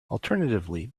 alternatively